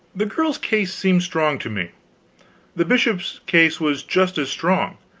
the girl's case seemed strong to me the bishop's case was just as strong.